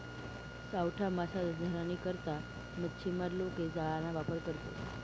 सावठा मासा धरानी करता मच्छीमार लोके जाळाना वापर करतसं